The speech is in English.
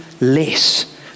less